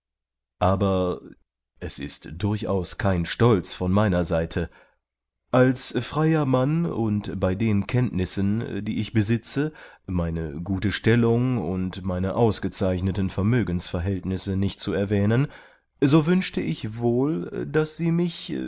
aber es ist durchaus kein stolz von meiner seite als freier mann und bei den kenntnissen die ich besitze meine gute stellung und meine ausgezeichneten vermögensverhältnisse nicht zu erwähnen so wünschte ich wohl daß sie mich